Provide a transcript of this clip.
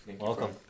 Welcome